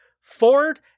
Ford